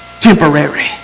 temporary